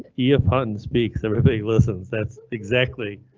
yeah ef. hutton speaks, everybody listens, that's exactly.